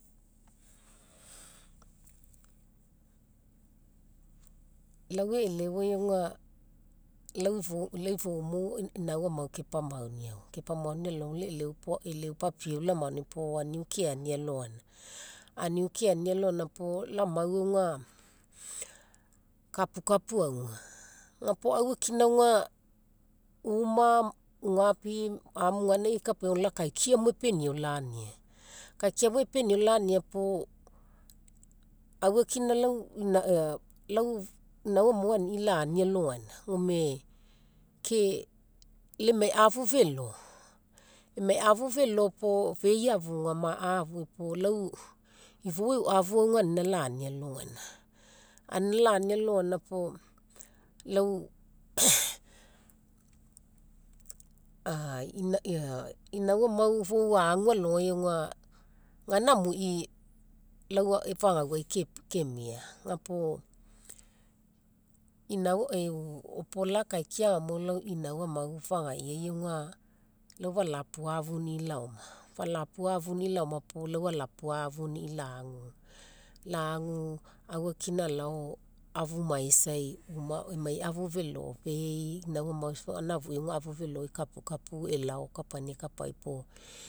Lau e'leu ai aga lau ifoumo inau amau kepamauniau. Kepamauniau alogai lau papieu lamauni puo aniu keani alogaina. Aniu keani alogaina puo lau amu aga, kapu kapu auga. Ga puo aufakina aga uma, ugapi amu gaina kapaina lau akaikia mo epeniau lania. Akaikia mo epeniau lania puo, aufakina lau inau amau ani laani alogaina. Gome ke laii emai afu felo, emai afu felo puo feii afuga ma'a afuga puo lau ifou e'u afu aga anina laani alogaina. Anina laani alogaina puo lau inau amau fou agu alogai aga gaina amuii lau fagauai kemia. Ga puo opola akaikia aga namo lau inau amau fagaiiai aga, lau falapuafunii laoma. Falapuafunii laoma puo lau ala puafunii laagu. Laagu aufakina alao afumaisai emai afu felo feii inau amau safa gaina afuii aga afu felo kapu kapu elao kapaina ekapai puo